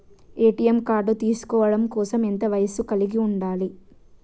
ATM card తీసుకోవడం కోసం ఎంత వయస్సు కలిగి ఉండాలి?